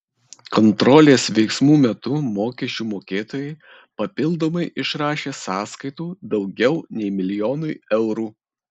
kontrolės veiksmų metu mokesčių mokėtojai papildomai išrašė sąskaitų daugiau nei milijonui eurų